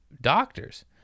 doctors